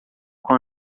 com